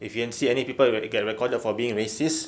if you can see any people that get recorded for being racist